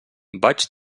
vaig